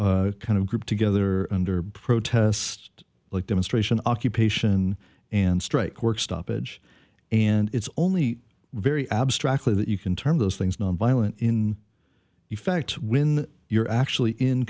kind of group together under protest like demonstration occupation and strike work stoppage and it's only very abstractly that you can turn those things nonviolent in effect when you're actually in